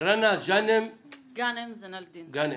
רנא גאנם-זין אל דין בבקשה.